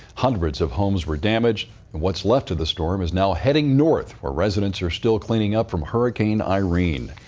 hundreds of homes were damaged, and what's left of the storm is now heading north, where residents are still cleaning up from hurricane irene.